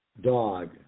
dog